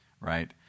Right